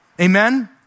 Amen